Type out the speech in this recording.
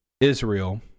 Israel